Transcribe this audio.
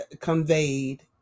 conveyed